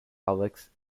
alex